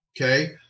okay